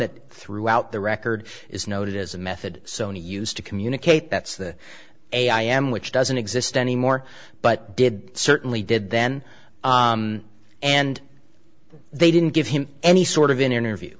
that throughout the record is noted as a method sony used to communicate that's the way i am which doesn't exist anymore but did certainly did then and they didn't give him any sort of interview